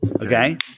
Okay